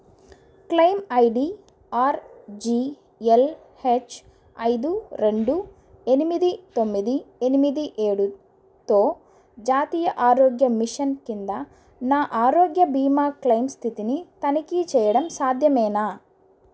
claim I D R G L H ఐదు రెండు ఎనిమిది తొమ్మిది ఎనిమిది ఏడుతో జాతీయ ఆరోగ్య మిషన్ కింద నా ఆరోగ్య బీమా క్లెయిమ్ స్థితిని తనిఖీ చేయడం సాధ్యమేనా